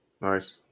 Nice